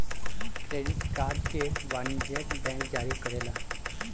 credit card के वाणिजयक bank जारी करेला